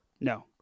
No